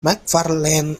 macfarlane